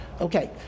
Okay